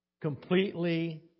Completely